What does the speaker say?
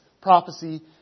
prophecy